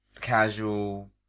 casual